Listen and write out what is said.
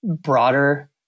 broader